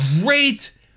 Great